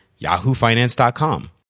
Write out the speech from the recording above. yahoofinance.com